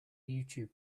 youtube